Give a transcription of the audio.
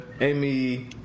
Amy